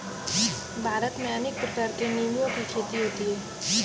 भारत में अनेक प्रकार के निंबुओं की खेती होती है